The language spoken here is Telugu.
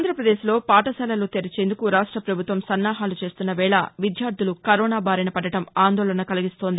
ఆంధ్రప్రదేశ్ లో పాఠశాలలు తెరిచేందుకు రాష్ట ప్రభుత్వం సన్నాహాలు చేస్తున్నవేళ విద్యార్థులు కరోనా బారిన పడడం ఆందోళన కలిగిస్తోంది